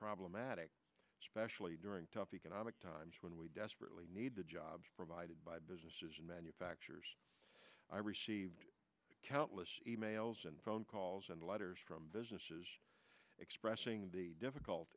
problematic especially during tough economic times when we desperately need the jobs provided by businesses and manufacturers i received countless e mails and phone calls and letters from businesses expressing the difficult